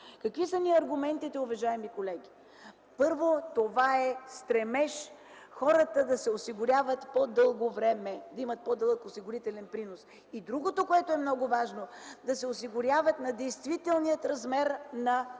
Какви са ми аргументите, уважаеми колеги? Първо, това е стремеж хората да се осигуряват по-дълго време, да имат по-дълъг осигурителен принос. Другото, което е много важно, е да се осигуряват на действителния размер на